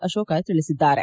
ಅಶೋಕ ತಿಳಿಸಿದ್ದಾರೆ